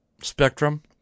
spectrum